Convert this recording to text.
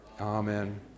amen